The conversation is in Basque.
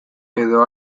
edo